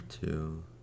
two